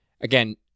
again